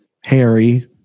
Harry